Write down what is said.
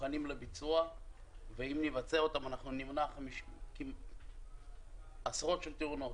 מוכנים לביצוע ואם נבצע אותם אנחנו נמנע עשרות תאונות,